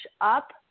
up